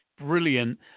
brilliant